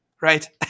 Right